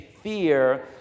fear